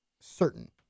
certain